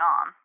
on